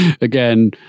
again